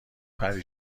پری